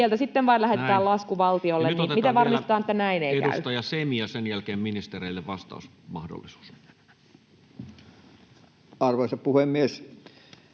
sieltä sitten vain lähetetään lasku valtiolle. Miten varmistetaan, että näin ei käy? Näin. — Nyt otetaan vielä edustaja Semi, ja sen jälkeen ministereille vastausmahdollisuus. Arvoisa puhemies!